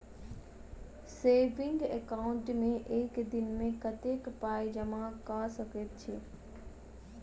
Saving account मे एक दिनमे कतेक पाई जमा कऽ सकैत छी?